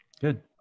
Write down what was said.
Good